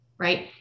Right